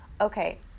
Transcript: okay